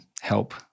help